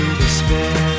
despair